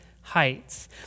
heights